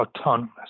autonomous